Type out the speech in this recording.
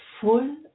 full